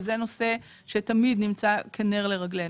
שזה נושא שתמיד נמצא כנר לרגלינו.